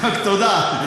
תודה.